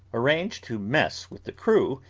arranged to mess with the crew,